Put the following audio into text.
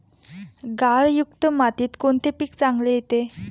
गाळयुक्त मातीत कोणते पीक चांगले येते?